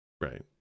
Right